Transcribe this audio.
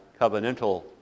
covenantal